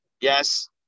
Yes